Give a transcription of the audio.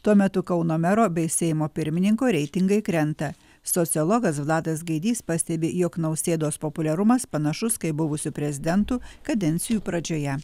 tuo metu kauno mero bei seimo pirmininko reitingai krenta sociologas vladas gaidys pastebi jog nausėdos populiarumas panašus kaip buvusių prezidentų kadencijų pradžioje